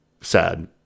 sad